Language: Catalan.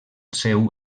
seu